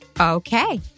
Okay